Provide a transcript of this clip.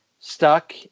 stuck